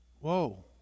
Whoa